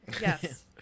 Yes